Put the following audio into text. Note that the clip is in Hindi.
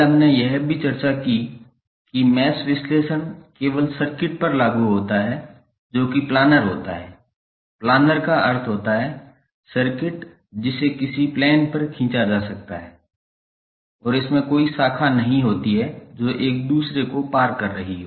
कल हमने यह भी चर्चा की कि मैश विश्लेषण केवल सर्किट पर लागू होता है जो कि प्लानर होता है प्लानर का अर्थ होता है सर्किट जिसे किसी प्लेन पर खींचा जा सकता है और इसमें कोई शाखा नहीं होती है जो एक दूसरे को पार कर रही हो